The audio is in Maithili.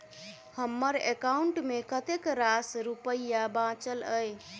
हम्मर एकाउंट मे कतेक रास रुपया बाचल अई?